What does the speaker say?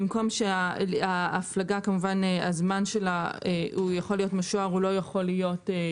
בגלל שהזמן שלה יכול להיות משוער ולא ידוע,